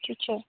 teacher